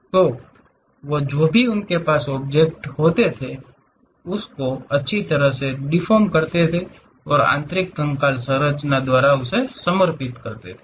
तो वो जो भी उनके पास ऑब्जेक्ट हॉट थे उस को अच्छी तरह से दिफ़ोर्म करते थे और आंतरिक कंकाल संरचना द्वारा उसे समर्थित करते थे